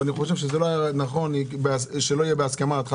אבל אני חושב שזה לא היה נכון שלא יהיה בהסכמה עד 11:30,